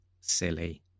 silly